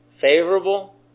favorable